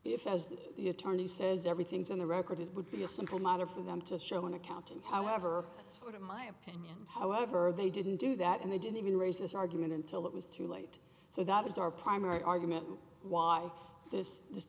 if as the attorney says everything's in the record it would be a simple matter for them to show an accountant however that's sort of my opinion however they didn't do that and they didn't even raise this argument until it was too late so that was our primary argument why this